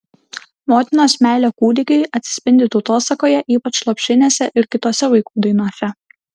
motinos meilė kūdikiui atsispindi tautosakoje ypač lopšinėse ir kitose vaikų dainose